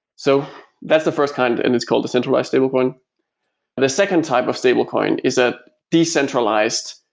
so that's the first kind and it's called the centralized stablecoin the second type of stablecoin is a decentralized,